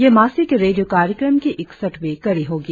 ये मासिक रेडियों कार्यक्रम की इकसठवीं कड़ी होगी